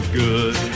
good